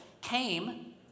came